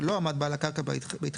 ולא עמד בעל הקרקע בהתחייבות,